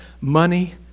money